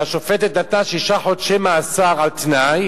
והשופטת נתנה שישה חודשי מאסר על-תנאי